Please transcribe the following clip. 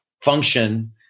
function